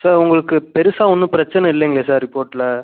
sir உங்களுக்கு பெருசாக ஒன்றும் பிரச்சின இல்லைங்களே சார் ரிப்போர்டில்